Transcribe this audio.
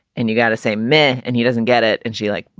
and you gotta say, man. and he doesn't get it. and she, like,